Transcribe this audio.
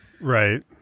Right